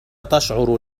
تشعر